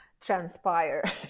transpire